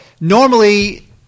normally